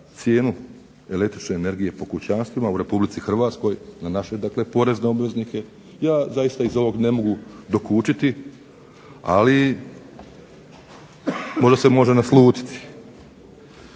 cijenu električne energije po kućanstvima u RH, na naše dakle porezne obveznike ja zaista iz ovog ne mogu dokučiti. Ali, možda se može naslutiti.